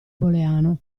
booleano